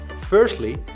Firstly